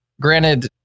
granted